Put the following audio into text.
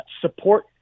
support